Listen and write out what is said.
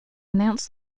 announced